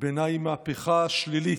שבעיניי היא מהפכה שלילית,